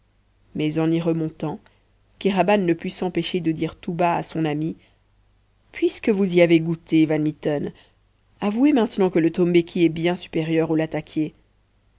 mais en y montant kéraban ne put s'empêcher de dire tout bas à son ami puisque vous y avez goûté van mitten avouez maintenant que le tombéki est bien supérieur au